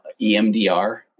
EMDR